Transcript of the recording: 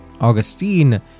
Augustine